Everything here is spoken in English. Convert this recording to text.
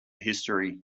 history